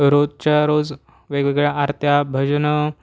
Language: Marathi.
रोजच्या रोज वेगवेगळ्या आरत्या भजनं